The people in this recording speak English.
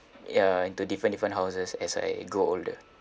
ya into different different houses as I grow older